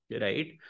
right